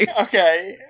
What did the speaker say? okay